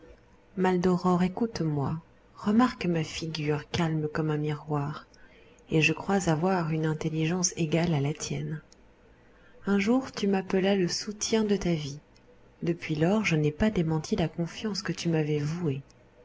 maldoror écoute-moi remarque ma figure calme comme un miroir et je crois avoir une intelligence égale à la tienne un jour tu m'appelas le soutien de ta vie depuis lors je n'ai pas démenti la confiance que tu m'avais vouée